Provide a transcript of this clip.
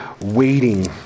waiting